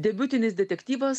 debiutinis detektyvas